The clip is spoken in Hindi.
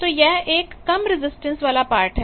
तो यह एक कम रजिस्टेंस वाला पार्ट है